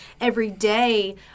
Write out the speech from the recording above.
everyday